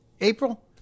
April